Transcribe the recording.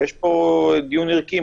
ויש דיון ערכי,